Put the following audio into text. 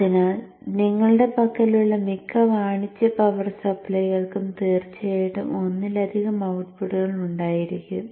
അതിനാൽ നിങ്ങളുടെ പക്കലുള്ള മിക്ക വാണിജ്യ പവർ സപ്ലൈകൾക്കും തീർച്ചയായും ഒന്നിലധികം ഔട്ട്പുട്ടുകൾ ഉണ്ടായിരിക്കും